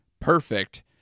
perfect